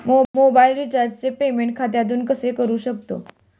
Mobile रिचार्जचे payment खात्यातून कसे करू शकतो?